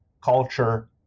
culture